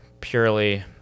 purely